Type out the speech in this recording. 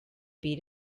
beat